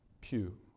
pew